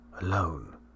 Alone